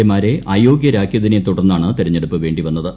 A മാരെ അയോഗ്യരാക്കിയതിനെ തുടർന്നാണ് തെരഞ്ഞെടുപ്പ് വേണ്ടി വന്നത്